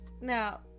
now